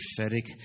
prophetic